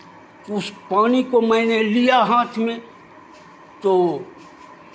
उस पानी को मैंने लिया हाथ में तो